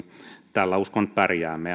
tällä uskon pärjäävämme